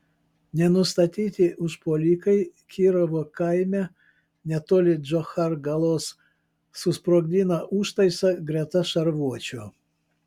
nenustatyti užpuolikai kirovo kaime netoli džochargalos susprogdino užtaisą greta šarvuočio